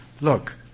look